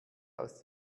als